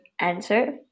answer